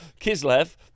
Kislev